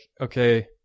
okay